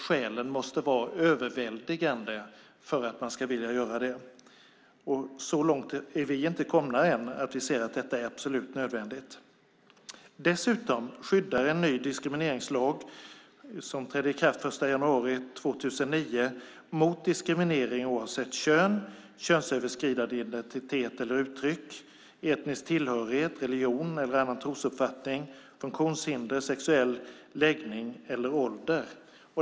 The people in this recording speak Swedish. Skälen måste vara överväldigande för att man ska vilja göra det. Vi har ännu inte kommit så långt att vi ser att det är absolut nödvändigt. En ny diskrimineringslag som trädde i kraft den 1 januari 2009 skyddar mot diskriminering på grund av kön, könsöverskridande identitet eller uttryck, etnisk tillhörighet, religion eller annan trosuppfattning, funktionshinder, sexuell läggning eller ålder.